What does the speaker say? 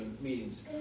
meetings